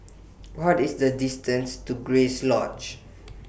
What IS The distances to Grace Lodge